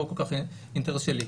זה לא כל כך אינטרס שלי.